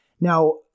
Now